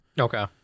Okay